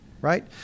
right